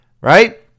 right